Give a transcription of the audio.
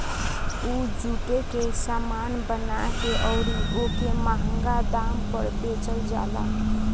उ जुटे के सामान बना के अउरी ओके मंहगा दाम पर बेचल जाला